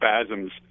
spasms